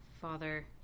father